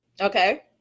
Okay